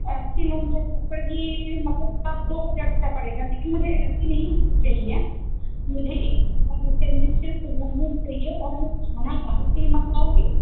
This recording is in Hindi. ऐ सी रूम जो पर भी मतलब तब दो हज़ार रूपये का पड़ेगा लेकिन मुझे ऐ सी नहीं चहिए मुझे एक हज़ार रुपये में सिर्फ़ रूम रूम चहिए और मैं खाना बाहर से ही मंगवाऊँगी